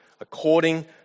according